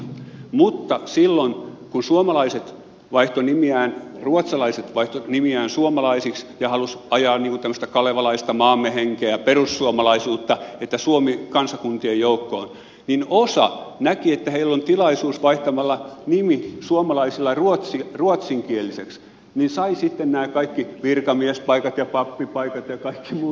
mutta silloin kun suomalaiset vaihtoivat nimiään ruotsalaiset vaihtoivat nimiään suomalaisiksi ja halusivat ajaa tämmöistä kalevalaista maamme henkeä perussuomalaisuutta että suomi kansakuntien joukkoon niin osa näki että heillä on tilaisuus vaihtamalla nimi suomalaisilla ruotsinkieliseksi saada sitten nämä kaikki virkamiespaikat ja pappipaikat ja kaikki muut